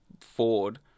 Ford